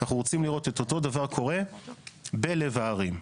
אנחנו רוצים את אותו דבר קורה בלב הערים.